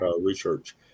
research